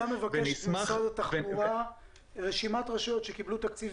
הוועדה מבקשת ממשרד התחבורה רשימת רשויות שקיבלו תקציב